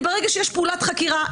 כי ברגע שיש פעולת חקירה,